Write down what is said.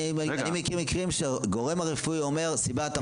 אני מכיר מקרים שגורם רפואי אומר שסיבת המוות ידועה.